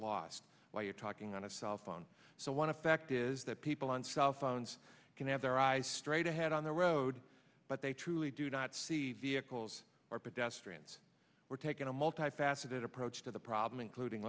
lost while you're talking on a cell phone so one effect is that people on cell phones can have their eyes straight ahead on the road but they truly do not see vehicles or pedestrians were taking a multifaceted approach to the problem including